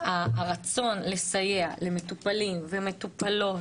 קיים הרצון לסייע למטופלים ולמטופלות,